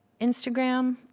Instagram